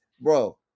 bro